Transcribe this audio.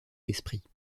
d’esprit